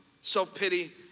self-pity